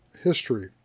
history